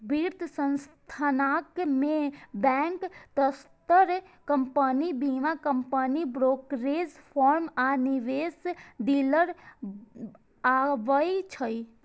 वित्त संस्थान मे बैंक, ट्रस्ट कंपनी, बीमा कंपनी, ब्रोकरेज फर्म आ निवेश डीलर आबै छै